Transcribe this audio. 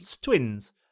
twins